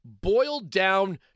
boiled-down